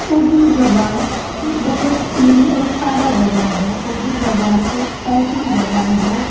اردو زبان بہت سیدھی اور سادہ زبان ہے اردو زبان ایک ایسی زبان ہے